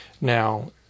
Now